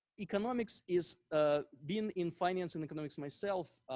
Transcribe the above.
economics is, ah being in finance and economics myself,